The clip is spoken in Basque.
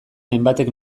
hainbatek